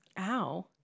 ow